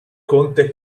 conte